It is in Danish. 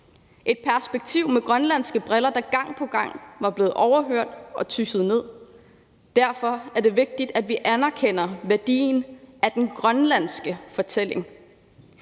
et perspektiv med grønlandske briller, der gang på gang var blevet overhørt og tysset ned. Derfor er det vigtigt, at vi anerkender værdien af den grønlandske fortælling.